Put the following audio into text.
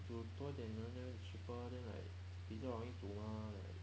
煮多一点人 that means it's cheaper then like 比较容易煮 mah like